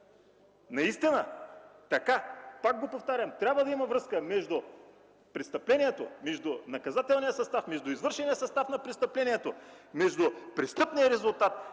Наистина! Пак го повтарям – трябва да има връзка между престъплението, наказателния състав, извършения състав на престъплението, престъпния резултат,